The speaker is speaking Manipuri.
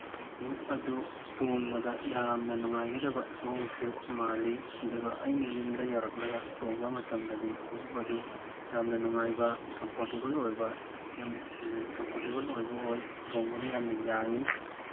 ꯈꯣꯡꯎꯞ ꯑꯗꯨ ꯇꯣꯡꯕꯗ ꯌꯥꯝꯅ ꯅꯨꯡꯉꯥꯏꯒꯗꯕ ꯃꯑꯣꯡꯁꯨ ꯃꯥꯜꯂꯤ ꯑꯗꯨꯒ ꯑꯩꯅ ꯌꯨꯝꯗ ꯌꯧꯔꯛꯂꯒ ꯇꯣꯡꯕ ꯃꯇꯝꯗꯗꯤ ꯈꯣꯡꯎꯨꯞ ꯑꯗꯨ ꯌꯥꯝꯅ ꯅꯨꯡꯉꯥꯏꯕ ꯀꯝꯐꯣꯔꯇꯦꯕꯜ ꯑꯣꯏꯕ ꯌꯥꯝꯅ ꯀꯝꯐꯣꯔꯇꯦꯕꯜ ꯑꯣꯏꯕ ꯑꯣꯏ ꯇꯣꯡꯕꯗ ꯌꯥꯝꯅ ꯌꯥꯡꯉꯤ